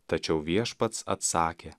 tačiau viešpats atsakė